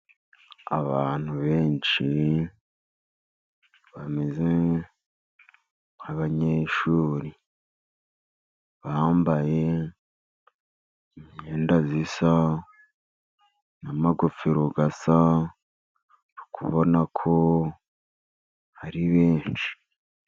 Abantu benshi bameze nk'abanyeshuri , bambaye imyenda isa n'amagofero asa ,uri kubona ko ari benshi.